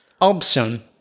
option